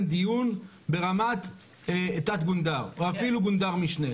דיון ברמת תת גונדר או אפילו גונדר משנה,